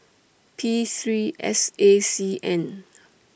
P three S A C N